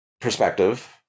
perspective